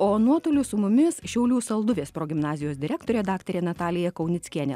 o nuotoliu su mumis šiaulių salduvės progimnazijos direktorė daktarė natalija kaunickienė